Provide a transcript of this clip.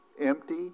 empty